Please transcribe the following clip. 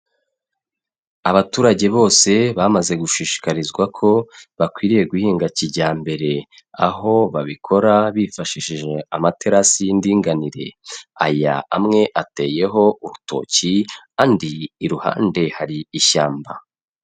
Abaturage bose bamaze gushishikarizwa ko bakwiriye guhinga kijyambere, aho babikora bifashishije amaterasi y'indinganire, aya amwe ateyeho urutoki andi iruhande hari ishyamba.